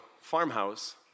farmhouse